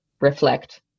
reflect